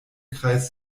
kreis